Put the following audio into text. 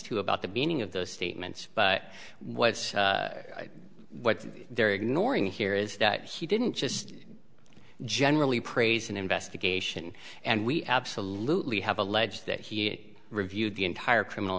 to about the beginning of those statements but what what they're ignoring here is that he didn't just generally praise an investigation and we absolutely have alleged that he reviewed the entire criminal